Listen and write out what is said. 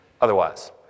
otherwise